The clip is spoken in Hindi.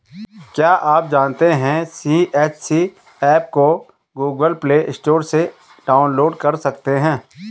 क्या आप जानते है सी.एच.सी एप को गूगल प्ले स्टोर से डाउनलोड कर सकते है?